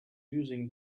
using